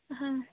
ᱦᱮᱸ